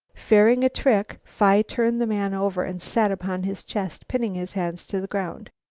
fearing a trick phi turned the man over and sat upon his chest, pinning his hands to the ground.